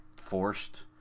forced